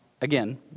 again